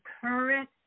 current